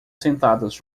sentadas